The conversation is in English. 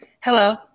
Hello